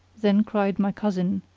then cried my cousin,